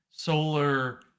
Solar